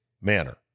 manner